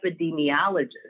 epidemiologist